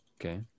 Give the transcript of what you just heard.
Okay